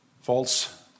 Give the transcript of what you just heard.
False